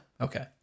Okay